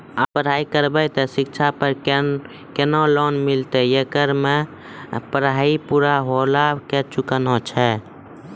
आप पराई करेव ते शिक्षा पे केना लोन मिलते येकर मे पराई पुरा होला के चुकाना छै?